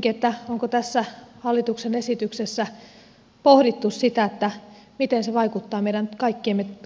kysynkin onko tässä hallituksen esityksessä pohdittu sitä miten se vaikuttaa meidän